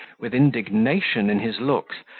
with indignation in his looks,